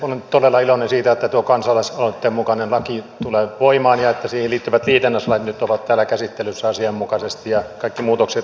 olen todella iloinen siitä että tuo kansalaisaloitteen mukainen laki tulee voimaan ja että siihen liittyvät liitännäislait nyt ovat täällä käsittelyssä asianmukaisesti ja kaikki muutokset saadaan voimaan